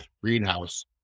greenhouse